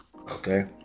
okay